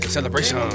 Celebration